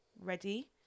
ready